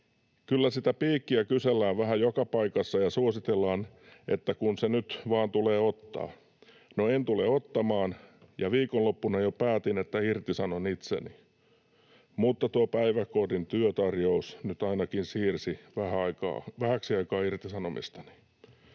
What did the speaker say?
Kyllä sitä piikkiä kysellään vähän joka paikassa ja suositellaan, että kun se nyt vaan tulee ottaa. No en tule ottamaan, ja viikonloppuna jo päätin, että irtisanon itseni, mutta tuo päiväkodin työtarjous nyt ainakin siirsi vähäksi aikaa irtisanomistani.